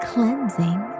Cleansing